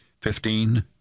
Fifteen